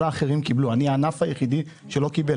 אני הענף היחיד שלא קיבל,